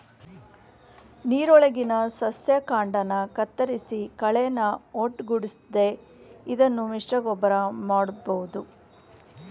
ನೀರೊಳಗಿನ ಸಸ್ಯ ಕಾಂಡನ ಕತ್ತರಿಸಿ ಕಳೆನ ಒಟ್ಟುಗೂಡಿಸ್ತದೆ ಇದನ್ನು ಮಿಶ್ರಗೊಬ್ಬರ ಮಾಡ್ಬೋದು